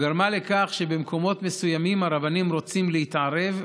גרמה לכך שבמקומות מסוימים הרבנים רוצים להתערב,